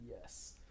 Yes